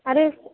आरो